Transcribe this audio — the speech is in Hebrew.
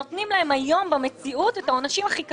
נותנים להם היום במציאות את העונשים הכי קשים.